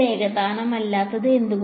ഇത് ഏകതാനമല്ലാത്തത് എന്തുകൊണ്ട്